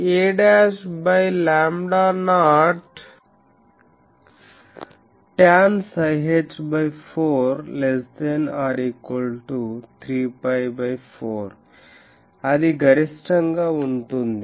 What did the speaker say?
π a by lambda naught tan ψh 4 ≤ 3 π 4 అది గరిష్టంగా ఉంటుంది